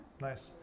nice